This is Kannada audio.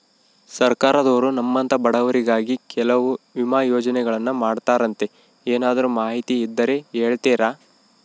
ಸರ್ಕಾರದವರು ನಮ್ಮಂಥ ಬಡವರಿಗಾಗಿ ಕೆಲವು ವಿಮಾ ಯೋಜನೆಗಳನ್ನ ಮಾಡ್ತಾರಂತೆ ಏನಾದರೂ ಮಾಹಿತಿ ಇದ್ದರೆ ಹೇಳ್ತೇರಾ?